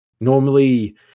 Normally